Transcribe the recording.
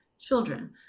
children